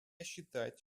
считать